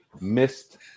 missed